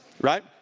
right